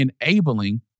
enabling